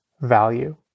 Value